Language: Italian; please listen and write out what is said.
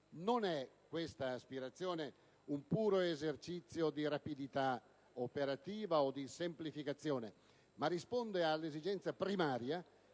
volta. Questa aspirazione non è un puro esercizio di rapidità operativa o di semplificazione, ma risponde all'esigenza primaria